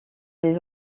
les